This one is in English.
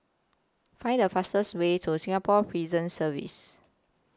Find The fastest Way to Singapore Prison Service